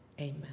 Amen